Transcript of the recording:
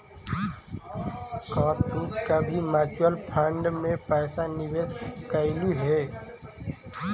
का तू कभी म्यूचुअल फंड में पैसा निवेश कइलू हे